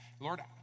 Lord